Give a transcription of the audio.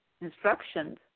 instructions